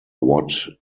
what